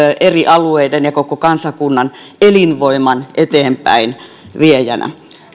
eri alueiden ja koko kansakunnan elinvoiman eteenpäinviejänä